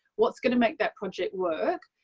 what is going to make that project work?